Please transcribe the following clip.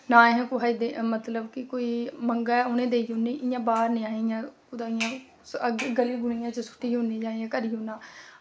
ते नां असें कुसैगी मतलब कि मंग्गे उ'नें गी देई ओड़नी ते इ'यां बाह्र निं इ'यां कुदै गली च सुट्टी ओड़नी जां इ'यां करी ओड़ना